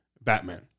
Batman